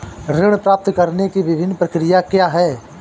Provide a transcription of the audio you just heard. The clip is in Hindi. ऋण प्राप्त करने की विभिन्न प्रक्रिया क्या हैं?